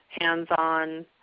hands-on